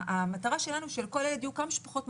המטרה שלנו היא שלכל ילד יהיו כמה שפחות מגעים.